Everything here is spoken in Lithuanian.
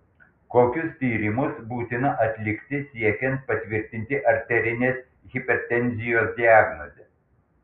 kokius tyrimus būtina atlikti siekiant patvirtinti arterinės hipertenzijos diagnozę